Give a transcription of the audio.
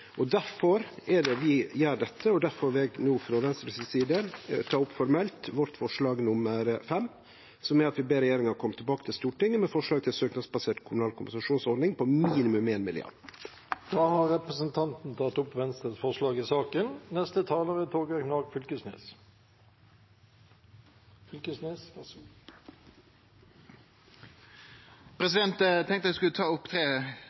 er det vi gjer dette, og difor vil eg no frå Venstre si side ta opp formelt forslag nr. 5, der vi ber regjeringa om å kome tilbake til Stortinget med forslag til søknadsbasert kommunal kompensasjonsordning på minimum éin milliard kroner. Da har representanten Alfred Jens Bjørlo tatt opp det forslaget han refererte til. Eg tenkte eg skulle ta opp tre ting som er komne opp i debatten. Eg